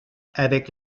avec